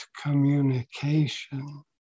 communication